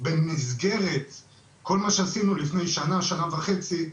במסגרת כל מה שעשינו לפני שנה, שנה וחצי,